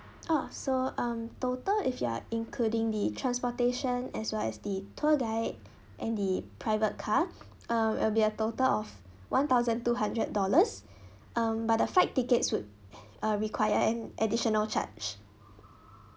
ah so um total if you are including the transportation as well as the tour guide and the private car um it will be a total of one thousand two hundred dollars um but the fight tickets would uh require an additional charge